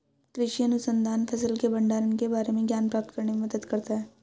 कृषि अनुसंधान फसल के भंडारण के बारे में ज्ञान प्राप्त करने में मदद करता है